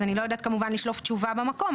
אני לא יודעת כמובן לשלוף תשובה במקום,